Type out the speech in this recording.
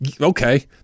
Okay